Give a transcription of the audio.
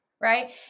Right